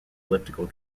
elliptical